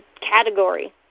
category